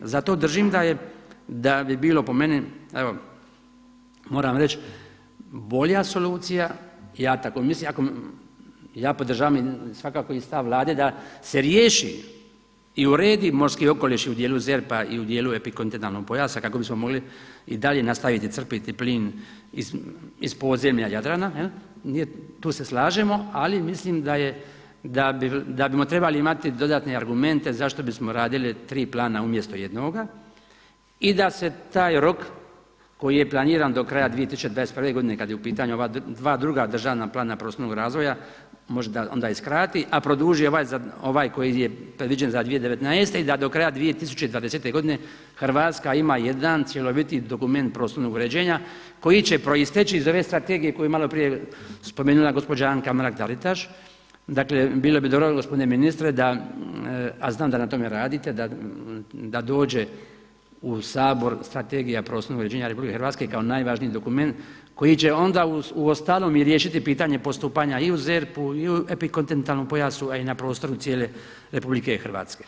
Zato držim da bi bilo po meni evo moram reći bolja solucija, ja tako mislim, ja podržavam svakako i stav Vlade da se riješi i uredi morski okoliš i u dijelu ZERP-a i u dijelu epikontinentalnog pojasa kako bismo mogli i dalje nastaviti crpiti plin iz podzemlja Jadrana, tu se slažemo ali mislim da bismo trebali imati dodatne argumente zašto bismo radili tri plana umjesto jednoga i da se taj rok koji je planiran do kraja 2021. godine kad je u pitanju ova dva druga plana prostornog razvoja možda onda i skrati a produži ovaj koji je predviđen za 2019. i da do kraja 2020. godine Hrvatska ima jedan cjeloviti dokument prostornog uređenja koji će proisteći iz ove strategije koju je malo prije spomenula gospođa Anka Mrak Taritaš, dakle bilo bi dobro gospodine ministre da a znam da na tome radite da dođe u Sabor strategija prostornog uređenja Republike Hrvatske kao najvažniji dokument koji će onda uostalom i riješiti pitanje postupanja i u ZERP-u, i u epikontinentalnom pojasu a i na prostoru cijele Republike Hrvatske.